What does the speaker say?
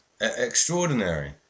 extraordinary